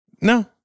No